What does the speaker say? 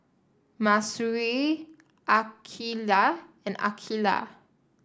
Mahsuri Aqeelah and Aqeelah